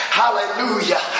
hallelujah